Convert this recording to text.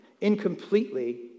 incompletely